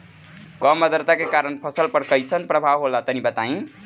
कम आद्रता के कारण फसल पर कैसन प्रभाव होला तनी बताई?